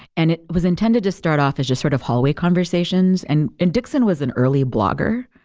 and it was intended to start off as just sort of hallway conversations, and and dixon was an early blogger.